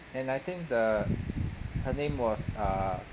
and I think the her name was uh